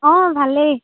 অ' ভালেই